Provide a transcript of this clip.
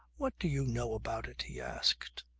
what do you know about it? he asked.